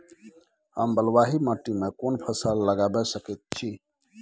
हम बलुआही माटी में कोन फसल लगाबै सकेत छी?